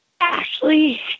Ashley